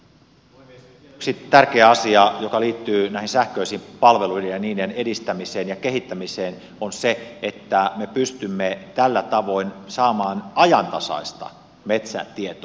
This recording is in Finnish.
vielä yksi tärkeä asia joka liittyy näihin sähköisiin palveluihin ja niiden edistämiseen ja kehittämiseen on se että me pystymme tällä tavoin saamaan ajantasaista metsätietoa